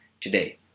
today